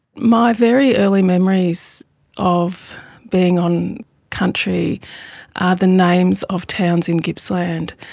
my very early memories of being on country are the names of towns in gippsland.